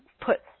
put